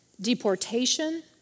deportation